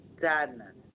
Sadness